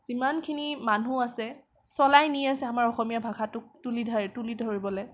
যিমানখিনি মানুহ আছে চলাই নি আছে আমাৰ অসমীয়া ভাষাটোক তুলি ধৰ তুলি ধৰিবলে